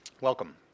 Welcome